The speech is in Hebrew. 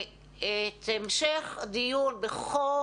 את המשך הדיון בכל